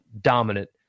dominant